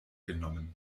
genommen